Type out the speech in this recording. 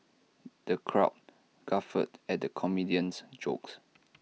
the crowd guffawed at the comedian's jokes